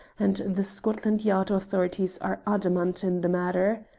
and the scotland yard authorities are adamant in the matter.